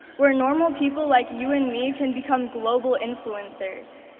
where normal people like you and me can become global influencers,